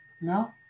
No